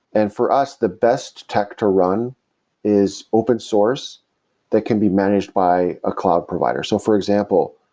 and for us, the best tech to run is open source that can be managed by a cloud provider. so for example,